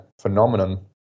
phenomenon